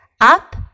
Up